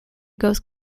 ghosts